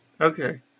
Okay